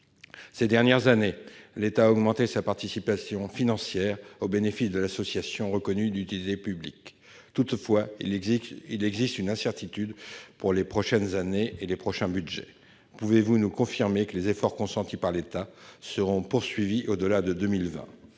Ces dernières années, l'État a augmenté sa participation financière au bénéfice de l'association reconnue d'utilité publique. Toutefois, il existe une incertitude pour les prochaines années. Pouvez-vous nous confirmer que les efforts consentis par l'État seront poursuivis au-delà de 2020 ?